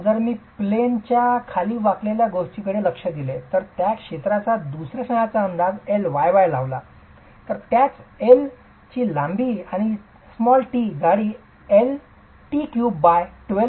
जर मी प्लेन च्या खाली वाकलेल्या गोष्टींकडे लक्ष दिले तर त्या क्षेत्राच्या दुसर्या क्षणाचा अंदाज Lyyलावला तर त्याच L लांबी आणि t जाडी Lt312 असेल